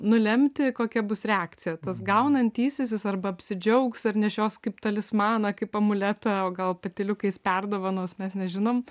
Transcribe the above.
nulemti kokia bus reakcija tas gaunantysis jis arba apsidžiaugs ir nešios kaip talismaną kaip amuletą o gal patyliukais perdovanos mes nežinom